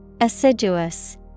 Assiduous